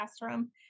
classroom